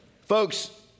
Folks